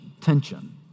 Tension